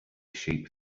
sheep